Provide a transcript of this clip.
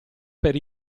per